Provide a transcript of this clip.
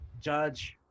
Judge